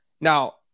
Now